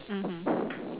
mmhmm